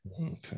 Okay